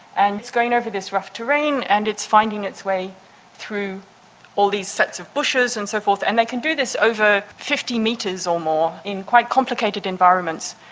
and it's going over this rough terrain and it's finding its way through all these sets of bushes and so forth, and they can do this over fifty metres or more in quite complicated environments,